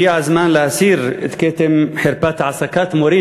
הגיע הזמן להסיר את כתם חרפת העסקת מורים